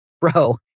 Bro